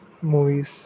movies